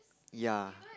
ya